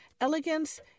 Elegance